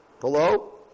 Hello